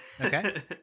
Okay